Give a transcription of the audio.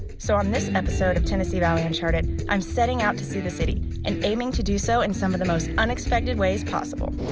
so, on this and episode of tennessee valley uncharted, i'm setting out to see the city and aiming to do so in some of the most unexpected ways possible.